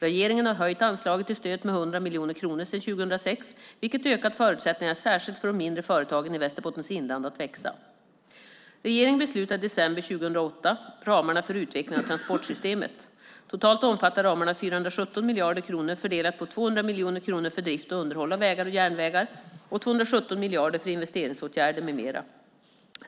Regeringen har höjt anslaget till stödet med 100 miljoner kronor sedan 2006, vilket ökat förutsättningarna särskilt för de mindre företagen i Västerbottens inland att växa. Riksdagen beslutade i december 2008 om ramarna för utveckling av transportsystemet. Totalt omfattar ramarna 417 miljarder kronor fördelat på 200 miljarder för drift och underhåll av vägar och järnvägar samt 217 miljarder för investeringsåtgärder med mera.